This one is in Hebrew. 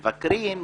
מבקרים,